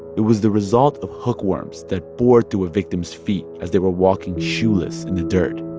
it was the result of hookworms that bore through a victim's feet as they were walking shoeless in the dirt.